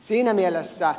siinä mielessä